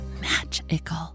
magical